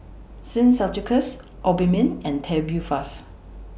Sin Ceuticals Obimin and Tubifast